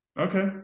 Okay